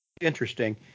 interesting